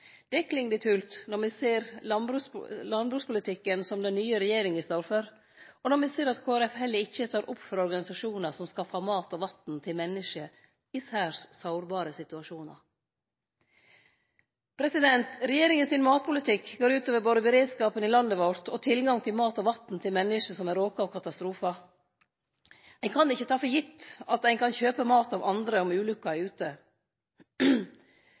Det kling litt hult når me ser landbrukspolitikken som den nye regjeringa står for, og når me ser at Kristeleg Folkeparti heller ikkje står opp for organisasjonar som skaffar mat og vatn til menneske i særs sårbare situasjonar. Regjeringa sin matpolitikk går ut over både beredskapen i landet vårt og tilgang til mat og vatn til menneske som er råka av katastrofar. Ein kan ikkje ta for gitt at ein kan kjøpe mat av andre om ulukka er ute.